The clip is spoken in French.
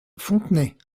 fontenay